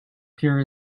pure